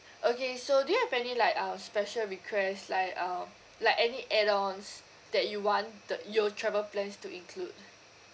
okay so do you have any like uh special request like um like any add ons that you wanted your travel plans to include